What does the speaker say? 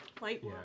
Light